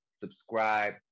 subscribe